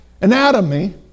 anatomy